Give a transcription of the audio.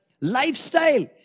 lifestyle